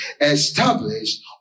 established